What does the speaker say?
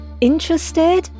interested